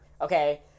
okay